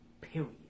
period